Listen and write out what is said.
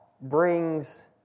brings